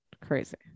crazy